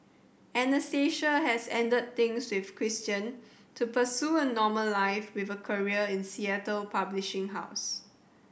Anastasia has ended things with Christian to pursue a normal life with a career in Seattle publishing house